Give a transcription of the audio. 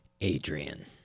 adrian